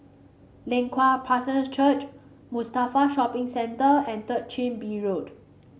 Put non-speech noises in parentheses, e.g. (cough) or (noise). Leng Kwang (unintelligible) Church Mustafa Shopping Centre and Third Chin Bee Road